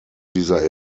dieser